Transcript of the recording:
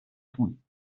tun